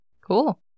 Cool